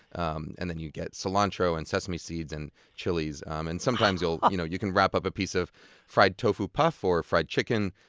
um and then you get cilantro, and sesame seeds, and chilis. um and sometimes, you know you can wrap up a piece of fried tofu puff or fried chicken.